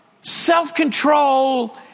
self-control